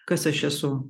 kas aš esu